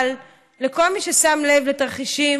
אבל לכל מי ששם לב לתרחישים,